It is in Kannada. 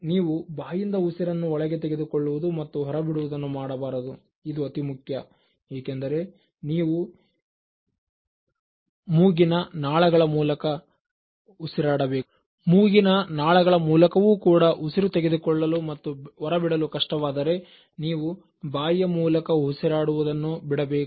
ನೀವು ಬಾಯಿಂದ ಉಸಿರನ್ನು ಒಳಗೆ ತೆಗೆದುಕೊಳ್ಳುವುದು ಮತ್ತು ಹೊರ ಬಿಡುವುದನ್ನುಮಾಡಬಾರದು ಇದು ಅತಿ ಮುಖ್ಯ ಏಕೆಂದರೆ ನೀವು ಮೂಗಿನ ನಾಳಗಳ ಮೂಲಕವೂ ಕೂಡ ಉಸಿರು ತೆಗೆದುಕೊಳ್ಳಲು ಮತ್ತು ಹೊರಬಿಡಲು ಕಷ್ಟವಾದರೆ ನೀವು ಬಾಯಿಯ ಮೂಲಕ ಉಸಿರಾಡುವುದನ್ನು ಬಿಡಬೇಕು